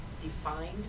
defined